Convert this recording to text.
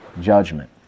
judgment